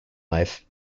life